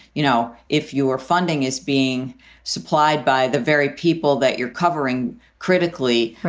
you know, if you are funding is being supplied by the very people that you're covering critically,